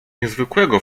niezwykłego